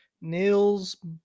Nils